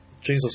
Jesus